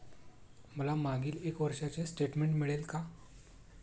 मला मागील एक वर्षाचे स्टेटमेंट मिळेल का?